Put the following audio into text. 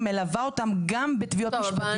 היא מלווה אותם גם בתביעות משפטיות.